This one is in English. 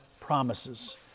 promises